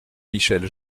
michel